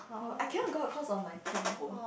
I cannot go of course of my tail bone